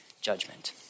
judgment